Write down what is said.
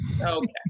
okay